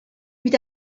mit